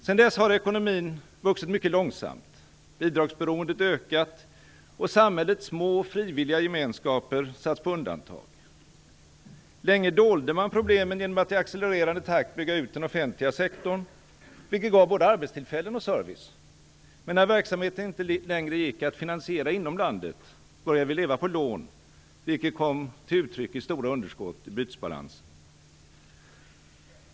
Sedan dess har ekonomin vuxit mycket långsamt, bidragsberoendet ökat och samhällets små, frivilliga gemenskaper satts på undantag. Länge dolde man problemen genom att i accelererande takt bygga ut den offentliga sektorn, vilket gav både arbetstillfällen och service. När verksamheten inte längre gick att finansiera inom landet, började vi leva på lån, vilket kom till uttryck i stora underskott i bytesbalansen.